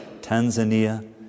Tanzania